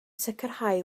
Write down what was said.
sicrhau